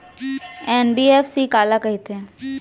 NBFC काला कहिथे?